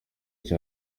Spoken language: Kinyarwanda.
iki